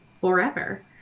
forever